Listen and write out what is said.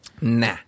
Nah